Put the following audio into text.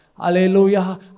Hallelujah